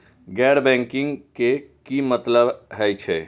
गैर बैंकिंग के की मतलब हे छे?